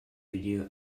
video